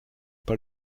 pas